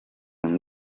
ngo